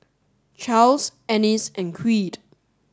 Charls Ennis and Creed